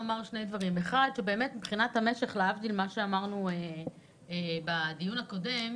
מבחינת המשך, להבדיל ממה שאמרנו בדיון הקודם,